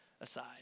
aside